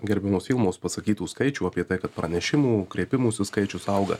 gerbiamios vilmos pasakytų skaičių apie tai kad pranešimų kreipimųsi skaičius auga